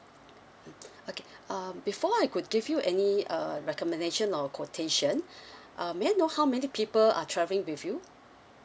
okay uh before I could give you any uh recommendation or quotation uh may I know how many people are travelling with you